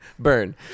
burn